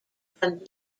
from